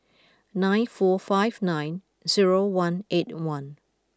nine four five nine zero one eight one